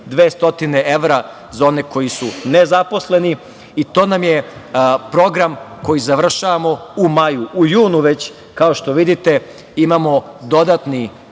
200 evra za one koji su nezaposleni i to nam je program koji završavamo u maju.U junu već, kao što vidite, imamo dodatni